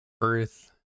earth